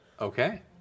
Okay